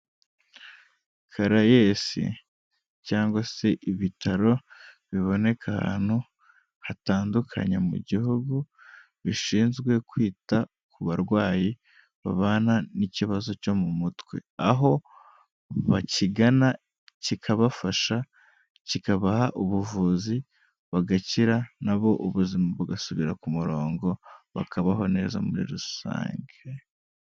Karayesi cyangwa se ibitaro biboneka ahantu hatandukanye mu gihugu bishinzwe kwita ku barwayi babana n'ikibazo cyo mu mutwe, aho bakigana kikabafasha kikabaha ubuvuzi bagakira nabo ubuzima bugasubira ku murongo bakabaho neza muri rusange.